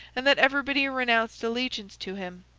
and that everybody renounced allegiance to him.